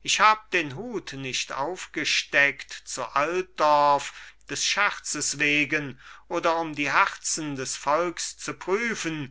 ich hab den hut nicht aufgesteckt zu altdorf des scherzes wegen oder um die herzen des volks zu prüfen